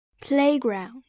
Playground